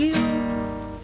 you know